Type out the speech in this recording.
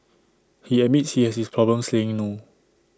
he admits he has this problems saying no